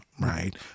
right